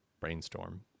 brainstorm